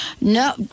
No